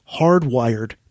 hardwired